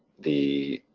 the